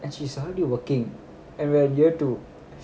and she's already working and we're in year two